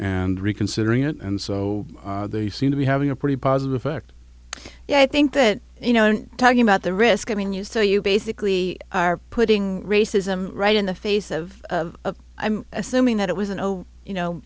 and reconsidering it and so they seem to be having a pretty positive effect i think that you know talking about the risk i mean you so you basically are putting racism right in the face of i'm assuming that it was an oh you know